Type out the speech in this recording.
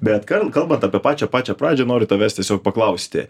bet kal kalbant apie pačią pačią pradžią noriu tavęs tiesiog paklausti